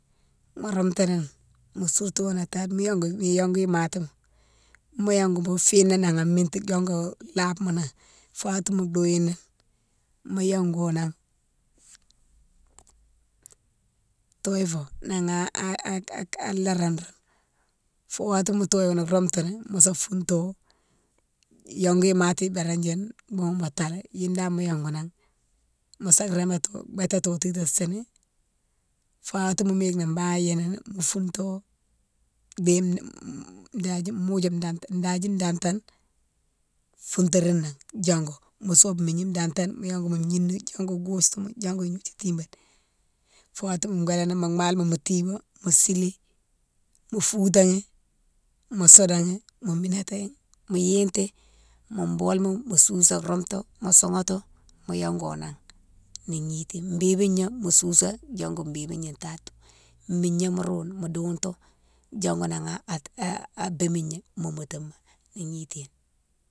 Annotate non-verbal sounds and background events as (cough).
Mo roumtighi mo sourto tade mo yongou iyongou matima, mo yongou mo fina nan an miti diongou labenan fo watima douini mo yongo nan, toye fo nan a (hesitation) larando fou watima ma toyone roumtini mosa founto yongou imati béréne younne boughounne ma talé, younne dane mo yongou nan mosa réméti bétati wo titane sini fa watima mo yike bane yénini, mo founto déye (hesitation) dadjima, moudjia, dadji dantane, fountrinan diongou mo soube migni dantane mo yongou mo gnina, diongou goustouma, diongou tibate, fo watima wélani mo malma mo tibé, mo sili, mo foutani, mo soudaghi, mo mignatighi, mo yiti, mo boule younne mo sousé roumtou mo soughoutou mo yongo nan mo gniti, bibigna mo sousé diongou bibigna tade, migna mo roune, douitou diongou nan a bémigna mo moumoutoume mo gniti.